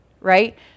right